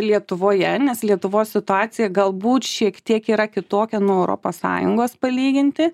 lietuvoje nes lietuvos situacija galbūt šiek tiek yra kitokia nuo europos sąjungos palyginti